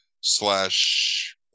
slash